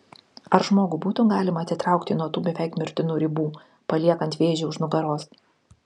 ar žmogų būtų galima atitraukti nuo tų beveik mirtinų ribų paliekant vėžį už nugaros